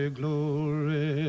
glory